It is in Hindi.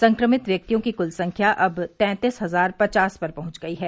संक्रमित व्यक्तियों की कल संख्या अब तैंतीस हजार पचास पर पहुंच गई है